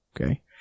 okay